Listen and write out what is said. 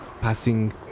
...passing